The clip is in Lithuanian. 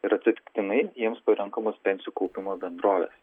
ir atsitiktinai jiems parenkamos pensijų kaupimo bendrovės